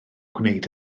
gwneud